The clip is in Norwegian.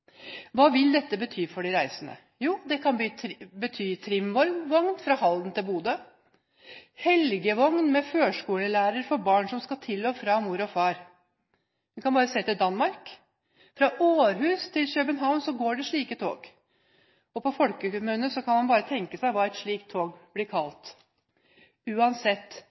Hva vil dette bety for de reisende? Jo, det kan bety trimvogn fra Halden til Bodø, eller helgevogn med førskolelærer for barn som skal til og fra mor og far. Vi kan bare se til Danmark. Fra Århus til København går det slike tog. På folkemunne kan man bare tenke seg hva et slikt tog blir kalt. Uansett: